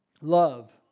love